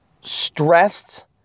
stressed